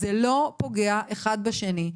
זה לא פוגע אחד בשני.